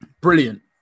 brilliant